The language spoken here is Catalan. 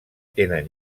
tenen